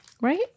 Right